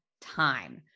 time